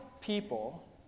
people